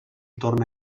torna